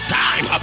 time